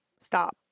stop